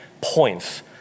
points